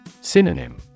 Synonym